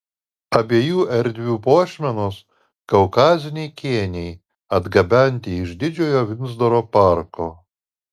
abiejų erdvių puošmenos kaukaziniai kėniai atgabenti iš didžiojo vindzoro parko